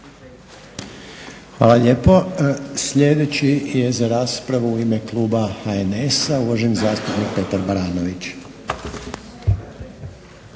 Hvala lijepo. Sljedeći je za raspravu u ime kluba HNS-a uvaženi zastupnik Petar Baranović.